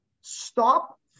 stop